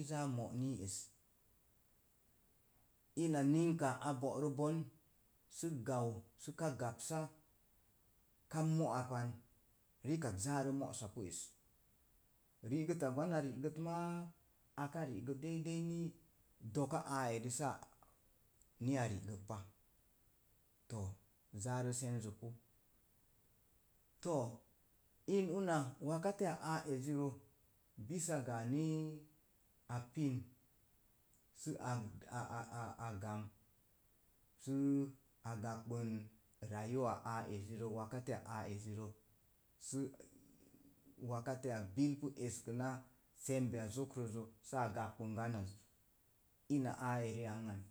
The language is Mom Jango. Izaa mo'nii es, ina ninka a bo'rəbon sə gau səka gabsa, ka mo'a pan, rikak zaa rə mo'sapu ez, ri'gəta mon a ri'gət maa, aka ri'gə dei dei ni doka aa eri saa ni a ri gəg pa, to zaa rə cenzə zəpu. Too, in una wakatiya aa eziro bisa ga nii a pin sə a gamn səə a paa bən rayuwwa aa ezirə sa wakatiya ah ezira bii pu eskəna sembe zokrəzzə saa gagbəngan az. Ina aa eri ang an